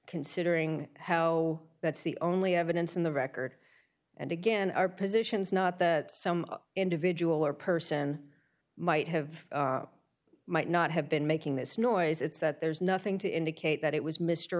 considering how that's the only evidence in the record and again our positions not the individual or person might have might not have been making this noise it's that there's nothing to indicate that it was mr